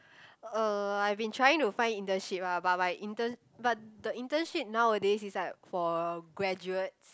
uh I've been trying to find internship ah but my intern but the internship nowadays is like for graduates